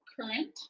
Current